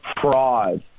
fraud